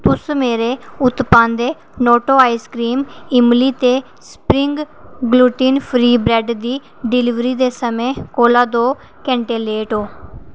तुस मेरे उत्पादें नोटो आइसक्रीम इंबली ते स्प्रिंग ग्लुटन फ्री ब्रैड्ड दी डलीवरी दे समें कोला दो घैंटे लेट ओ